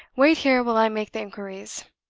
wait here while i make the inquiries.